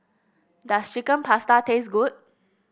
does Chicken Pasta taste good